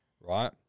right